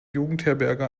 jugendherberge